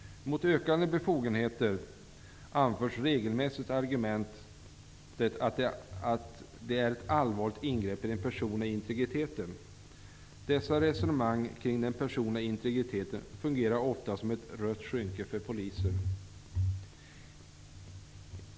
Mot ökade befogenheter anförs regelmässigt argumentet att det är ett allvarligt ingrepp i den personliga integriteten. Dessa resonemang kring den personliga integriteten fungerar ofta som ett ''rött skynke'' för poliser.